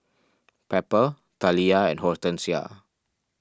Pepper Taliyah and Hortensia